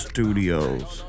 Studios